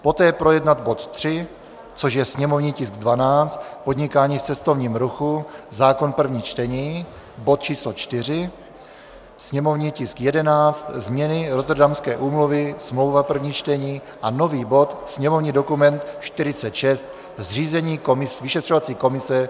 Poté projednat bod 3, což je sněmovní tisk 12 podnikání v cestovních ruchu, zákon 1. čtení, bod č. 4, sněmovní tisk 11 změny Rotterdamské úmluvy, smlouva 1. čtení, a nový bod sněmovní dokument 46 zřízení vyšetřovací komise OKD.